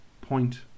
point